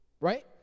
right